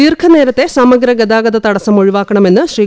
ദീർഘനേരത്തെ സമഗ്ര ഗതാഗത തടസം ഒഴിവാക്കണമെന്ന് ശ്രീ